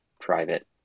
private